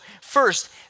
first